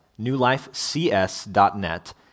newlifecs.net